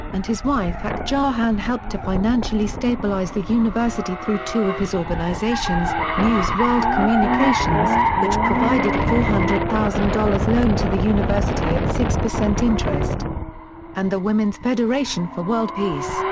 and his wife hak ja han helped to financially stabilize the university through two of his organizations news world communications, which provided a four hundred thousand dollars loan to the university at six percent interest and the women's federation for world peace,